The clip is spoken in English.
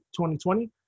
2020